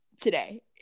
today